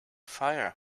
fire